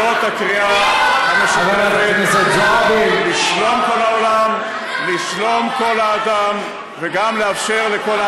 זאת הקריאה המשותפת, כן, אללהו אכבר.